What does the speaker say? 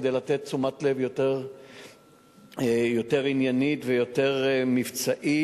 כדי לתת תשומת לב יותר עניינית ויותר מבצעית,